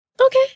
Okay